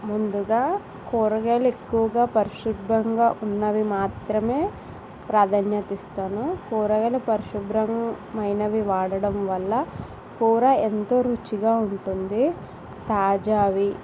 ముందుగా కూరగాయలు ఎక్కువగా పరిశుద్ధంగా ఉన్నవి మాత్రమే ప్రాధాన్యత ఇస్తాను కూరగాయలు పరిశుభ్రమైనవి వాడటం వల్ల కూర ఎంతో రుచిగా ఉంటుంది తాజావి